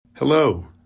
Hello